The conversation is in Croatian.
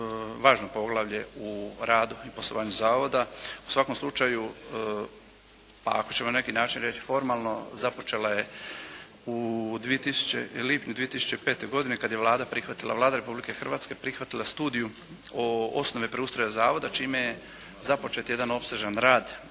važno poglavlje u radu i poslovanju Zavoda u svakom slučaju, ako ćemo na neki način reći formalno započela je u lipnju 2005. godine kad je Vlada Republike Hrvatske prihvatila studiju o osnove preustroja Zavoda čime je započet jedan opsežan rad